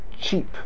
Cheap